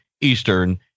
Eastern